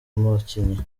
abakinnyi